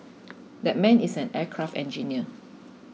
that man is an aircraft engineer